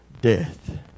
death